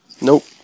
Nope